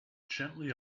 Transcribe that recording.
gently